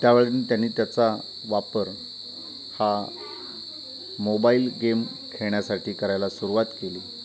त्यावेळी त्यानी त्याचा वापर हा मोबाईल गेम खेळण्यासाठी करायला सुरवात केली